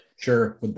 sure